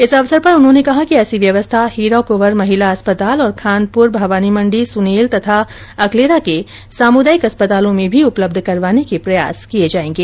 इस अवसर पर उन्होंने कहा कि ऐसी व्यवस्था हीरा कवर महिला अस्पताल और खानपुर भवानीमंडी सुनेल तथा अकलेरा के सामुदायिक अस्पतालों में भी उपलब्ध करवाने के प्रयास किए जाएंगे